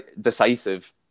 decisive